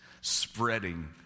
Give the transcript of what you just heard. spreading